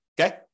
Okay